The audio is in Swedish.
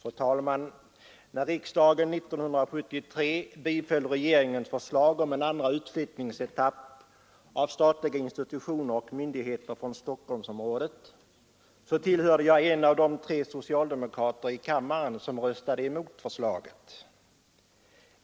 Fru talman! När riksdagen år 1973 biföll regeringens förslag om en andra utflyttningsetapp av statliga institutioner och myndigheter från Stockholmsområdet var jag en av de tre socialdemokrater i kammaren som röstade mot förslaget.